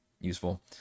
useful